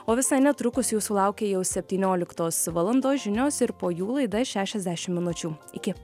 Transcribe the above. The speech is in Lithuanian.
o visai netrukus jūsų laukia jau septynioliktos valandos žinios ir po jų laida šešiasdešim minučių iki